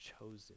chosen